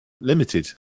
limited